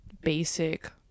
basic